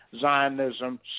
Zionism